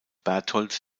berthold